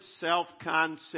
self-concept